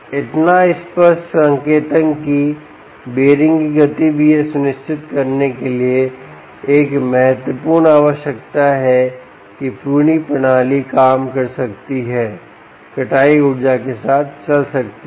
इतना स्पष्ट संकेतक कि बीयररिंग की गति भी यह सुनिश्चित करने के लिए एक महत्वपूर्ण आवश्यकता है कि पूरी प्रणाली काम कर सकती है कटाई ऊर्जा के साथ चल सकती है